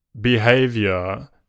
behavior